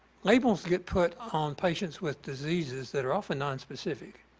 labels get put on patients with diseases that are often nonspecific.